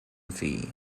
fee